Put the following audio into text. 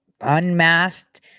unmasked